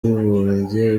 w’abibumbye